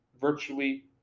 virtually